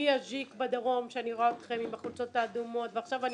מ --- בדרום שאני רואה אתכם עם החולצות האדומות ועכשיו אני